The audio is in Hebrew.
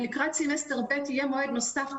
לקראת סמסטר ב' ‏יהיה מועד נוסף.